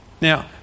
Now